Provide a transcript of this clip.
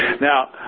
Now